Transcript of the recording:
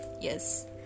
yes